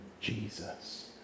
Jesus